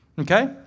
Okay